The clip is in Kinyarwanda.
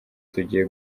tugiye